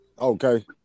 Okay